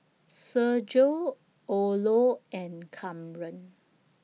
Sergio Orlo and Kamren